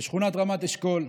בשכונת רמת אשכול.